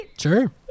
Sure